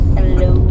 Hello